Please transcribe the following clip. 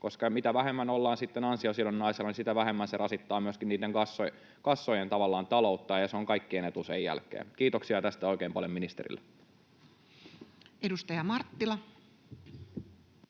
koska mitä vähemmän ollaan ansiosidonnaisella, niin sitä vähemmän se rasittaa myöskin niiden kassojen tavallaan taloutta, ja se on kaikkien etu sen jälkeen. — Kiitoksia tästä oikein paljon ministerille. [Speech 78]